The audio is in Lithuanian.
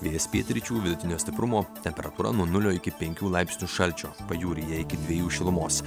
vėjas pietryčių vidutinio stiprumo temperatūra nuo nulio iki penkių laipsnių šalčio pajūryje iki dviejų šilumos